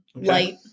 Light